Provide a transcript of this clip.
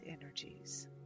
energies